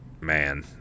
man